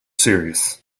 serious